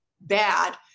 bad